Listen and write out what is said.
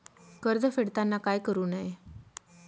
कर्ज फेडताना काय करु नये?